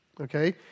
okay